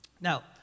Now